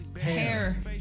Hair